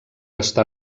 està